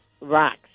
rocks